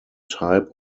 type